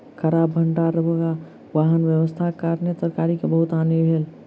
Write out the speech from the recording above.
खराब भण्डार आ वाहन व्यवस्थाक कारणेँ तरकारी के बहुत हानि भेल